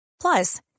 Plus